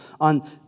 on